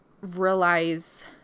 realize